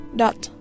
dot